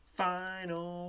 final